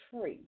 free